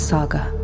Saga